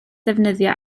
ddefnyddio